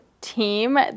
team